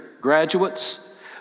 graduates